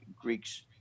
Greeks